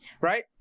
right